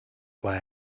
why